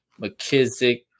McKissick